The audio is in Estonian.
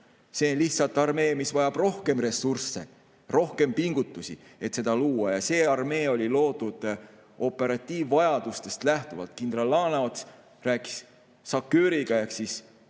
See on lihtsalt armee, mis vajab rohkem ressursse, rohkem pingutusi. See armee oli loodud operatiivvajadustest lähtuvalt. Kindral Laaneots rääkis SACEUR-iga ehk siis